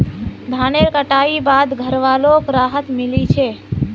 धानेर कटाई बाद घरवालोक राहत मिली छे